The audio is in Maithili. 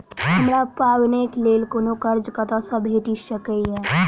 हमरा पाबैनक लेल छोट कर्ज कतऽ सँ भेटि सकैये?